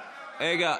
ההצבעה: